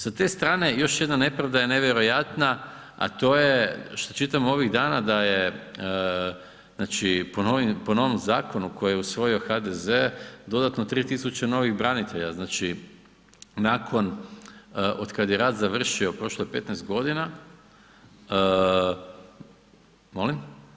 Sa te strane još jedna nepravda je nevjerojatna a to je što čitamo ovih dana da je, znači po novom zakonu koji je usvojio HDZ dodatno 3 tisuće novih branitelja, znači nakon otkad je rat završio prošlo je 15 godina …... [[Upadica se ne čuje.]] Molim?